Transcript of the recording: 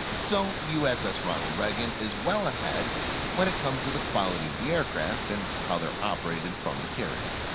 so, uss ronald reagan is well ahead of when it comes to the quality of the aircraft and how there are operated from the carrier.